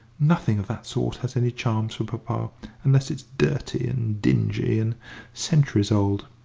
nothing of that sort has any charms for papa, unless it's dirty and dingy and centuries old.